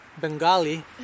Bengali